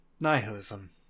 Nihilism